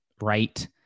right